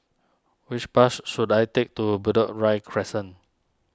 which bus should I take to Bedok Ria Crescent